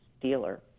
dealer